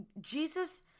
Jesus